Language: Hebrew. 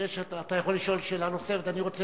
אתה יכול לשאול שאלה נוספת, אבל לפני